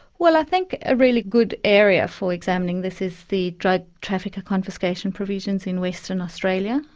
well, i think a really good area for examining this is the drug trafficker confiscation provisions in western australia.